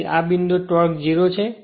તેથી આ બિંદુએ ટોર્ક 0 છે